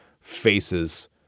faces